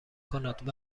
کند